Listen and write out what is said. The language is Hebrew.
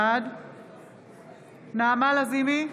בעד נעמה לזימי,